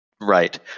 right